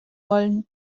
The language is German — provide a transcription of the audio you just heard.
wollen